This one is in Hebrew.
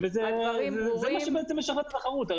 וזה מה שיביא תחרות.